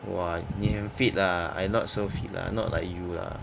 !wah! 你很 fit lah I not so fit lah not like you lah